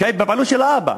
שבבעלות של האבא.